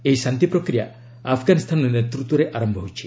ଏହି ଶାନ୍ତି ପ୍ରକ୍ରିୟା ଆଫ୍ଗାନିସ୍ତାନ ନେତୃତ୍ୱରେ ଆରମ୍ଭ ହୋଇଛି